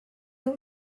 you